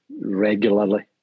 regularly